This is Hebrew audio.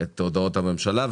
את הודעות הממשלה.